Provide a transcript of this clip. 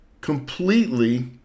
completely